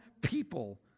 people